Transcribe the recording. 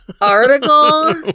article